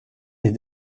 est